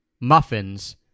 muffins